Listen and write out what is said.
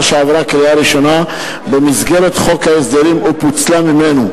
שעברה קריאה ראשונה במסגרת חוק ההסדרים ופוצלה ממנו.